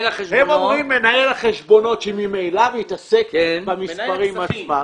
הם אומרים מנהל החשבונות שממילא מתעסק במספרים עצמם.